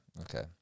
Okay